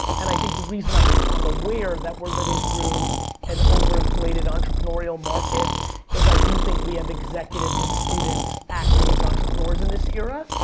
and i think the reason um i'm aware that we're living through an over-inflated entrepreneurial market is i do think we have executives and students acting as entrepreneurs in this era.